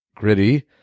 gritty